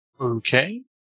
Okay